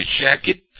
jacket